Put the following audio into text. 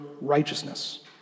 righteousness